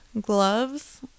gloves